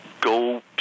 go